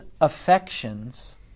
affections